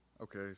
Okay